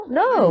no